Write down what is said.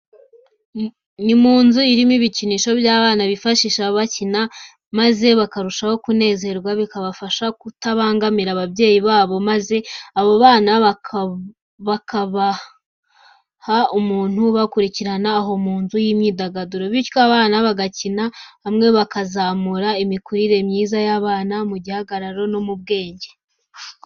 Ni mu nzu irimo ibikinisho by'abana bifashisha bakina maze bakarushaho kunezerwa bikabafasha kutabangamira ababyeyi babo maze abo bana bakabaha umuntu ubakurirana aho mu nzu y'imyidaguriro, bityo abana bagakinana hamwe bikazamura imikurire myiza y'abana mu gihagararo no mu bwenge.